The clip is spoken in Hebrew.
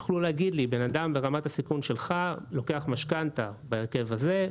לדעת שבן אדם ברמת הסיכון שלי לוקח משכנתה בהרכב הזה,